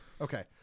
Okay